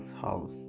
house